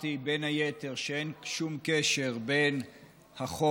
ואמרתי בין היתר שאין שום קשר בין החוק